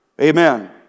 Amen